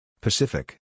Pacific